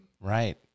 right